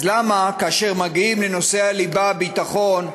אז למה כאשר מגיעים לנושא הליבה, הביטחון,